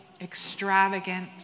extravagant